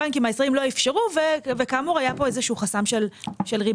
הבנקים הישראלים לא אפשרו כאמור היה כאן איזשהו חסם של ריבית.